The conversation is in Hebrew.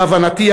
להבנתי,